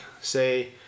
say